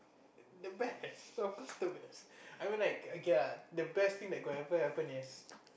the best of course the best I mean like the best thing that could ever happen is